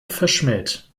verschmäht